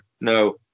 No